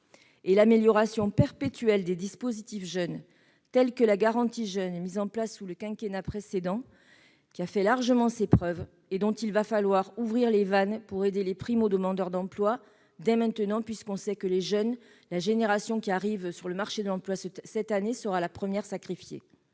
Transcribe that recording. par l'amélioration perpétuelle des dispositifs en faveur des jeunes tels que la garantie jeunes mise en place sous le quinquennat précédent, qui a fait largement ses preuves et dont il va falloir ouvrir les vannes pour aider les primo-demandeurs d'emploi dès maintenant. Nous savons en effet que la génération des jeunes qui arrivent sur le marché de l'emploi cette année sera la première sacrifiée.